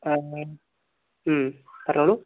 ആഹ് പറഞ്ഞോളൂ